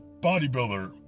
bodybuilder